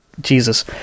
Jesus